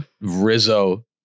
Rizzo